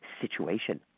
situation